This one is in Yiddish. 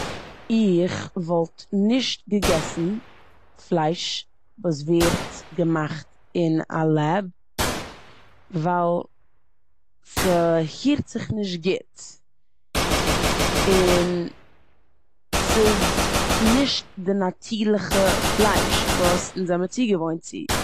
איך וואלט נישט געגעסן פלייש וואס ווער געמאכט אין א לעב ווייל ס'הערט זיך נישט גוט און ס'נישט די נאטורליכע פלייש וואס אונז זעמיר ציגעוואוינט צו.